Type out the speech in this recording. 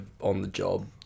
on-the-job